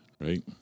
right